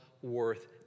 worth